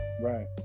Right